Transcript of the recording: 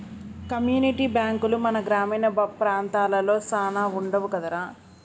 community బాంకులు మన గ్రామీణ ప్రాంతాలలో సాన వుండవు కదరా